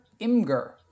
Imger